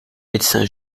médecin